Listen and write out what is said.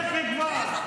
קחי את הספר שלך.